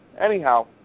Anyhow